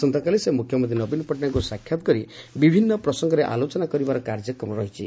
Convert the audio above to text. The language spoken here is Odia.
ଆସନ୍ତାକାଲି ସେ ମୁଖ୍ୟମନ୍ତୀ ନବୀନ ପଟଟନାୟକଙ୍କୁ ସାକ୍ଷାତ କରି ବିଭିନ୍ନ ପ୍ରସଙ୍ଗରେ ଆଲୋଚନା କରିବାର କାର୍ଯ୍ୟକ୍ରମ ରହିଛି